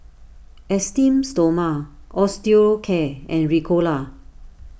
Esteem Stoma Osteocare and Ricola